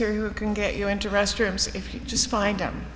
here you can get you into restrooms if you just find them